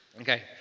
Okay